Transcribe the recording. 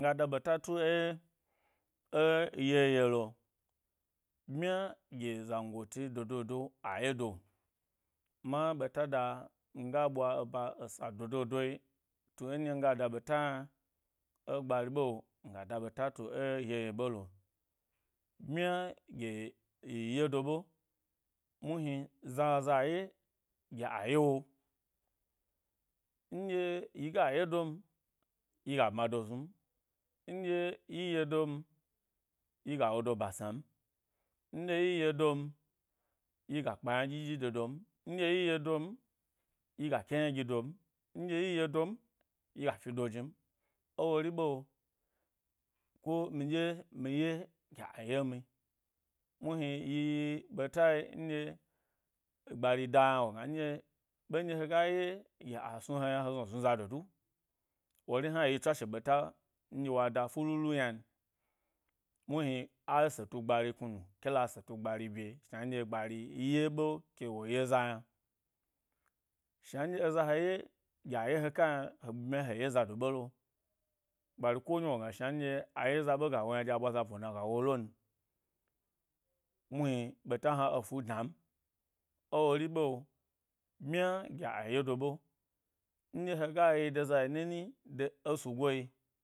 Miga da ɓeta tu yeyelo ɓmya gi zangoli do do ga yedo ma ɓela da miga ɓwa eba esa dodo doyi tu eɗye nga da ɓeta yna, e gbari ɓe, mi ga da ɓda lu e yeye ɓelo bniya gye yi yedo ‘ɓe, muhni zaza ye dye a yewo, ndye yiga ye don yiga bma snu m, nɗye yi ye don, yiga kpa ynadyi ɗyi de don ndye yi ye don, yi ga ke yna gi don, nɗye yi ye don, yi ga fi do jnin, ewori ɓe ko mi ɗye mi ye gi a yemi, muhni yi yi ɓetae, nɗye gbari da yna wogna nɗye ɓen nɗye hega ye ɗye a snu he yna snu zado du, wori hna yi tswashe ɓeta nɗye wa da fululu ynan, muhni, a seta gbari knunu ke la setu gbari bye shna nɗye gbari yeɓe, kewo ye za yna. Shna nɗye eza he ye gye a ye he ka yna he-bmya he ye zado belo gbari ko nyi wogna dye, shna dye a ye za ɓe ga wo yna ɗye a ɓwa za bona ga wo lon, muhni ɓeta hna efu dna n ewori be, bmya gya ayedo ɓe nɗye hega yi de zayi nini esugoi.